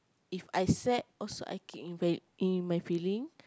If I sad also I keep in m~ in my feeling